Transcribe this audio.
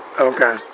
Okay